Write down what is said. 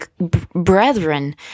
brethren